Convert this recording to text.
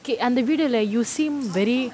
okay அந்த:antha video lah you seem very